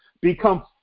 Become